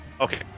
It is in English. Okay